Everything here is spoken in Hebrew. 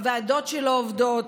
הוועדות שלא עובדות,